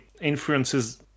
influences